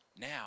now